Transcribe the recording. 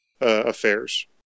affairs